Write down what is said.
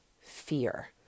fear